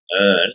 earn